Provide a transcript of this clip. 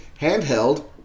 handheld